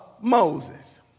Moses